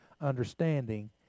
understanding